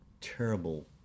terrible